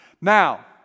Now